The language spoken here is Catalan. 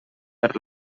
per